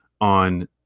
on